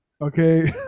okay